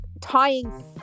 tying